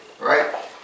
right